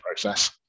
process